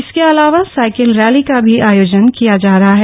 इसके अलावा cycle rally का भी आयोजन किया जा रहा है